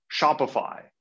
Shopify